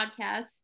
Podcasts